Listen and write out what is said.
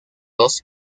dos